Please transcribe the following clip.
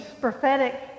prophetic